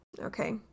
Okay